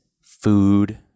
food